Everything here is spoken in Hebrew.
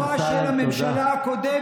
הרי היא בתקופה של הממשלה הקודמת,